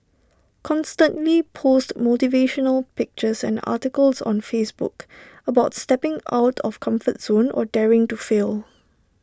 constantly post motivational pictures and articles on Facebook about stepping out of comfort zone or daring to fail